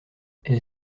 elle